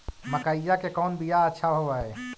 मकईया के कौन बियाह अच्छा होव है?